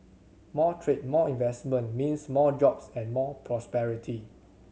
more trade more investment means more jobs and more prosperity